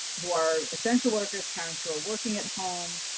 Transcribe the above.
who are essential workers, parents who are working at home.